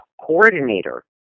coordinator